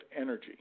energy